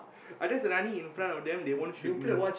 I just running in front of them they won't shoot me